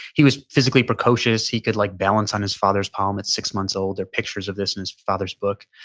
he was physically precocious. he could like balance on his father's palm at six months old. they're pictures of this and his father's book.